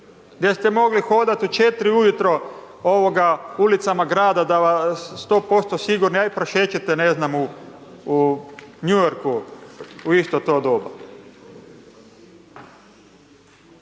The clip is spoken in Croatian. gdje ste mogli hodati u 4 ujutro ulicama grada 100% sigurni, ajde prošećite, ne znam, u New Yorku, u isto to doba.